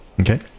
Okay